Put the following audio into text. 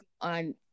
on